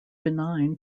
benign